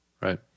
Right